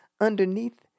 underneath